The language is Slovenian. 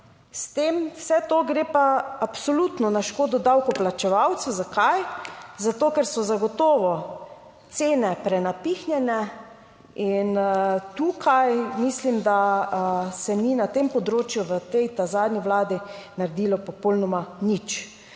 to gre pa absolutno na škodo davkoplačevalcev. Zakaj? Zato ker so zagotovo cene prenapihnjene. In tukaj mislim, da se ni na tem področju v tej zadnji vladi naredilo popolnoma nič.